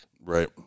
Right